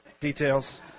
Details